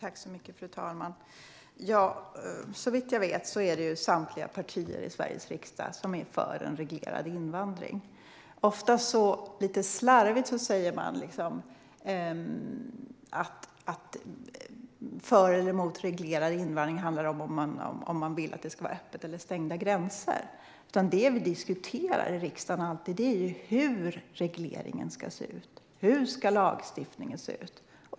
Fru talman! Såvitt jag vet är samtliga partier i Sveriges riksdag för en reglerad invandring. Ofta säger man, lite slarvigt, att huruvida man är för eller emot reglerad invandring handlar om huruvida man vill att gränserna ska vara öppna eller stängda. Men det vi diskuterar i riksdagen är ju hur regleringen ska se ut; hur ska lagstiftningen se ut?